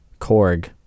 Korg